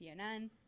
CNN